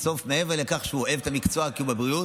מעבר לכך שהוא אוהב את המקצוע כי הוא בבריאות,